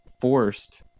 forced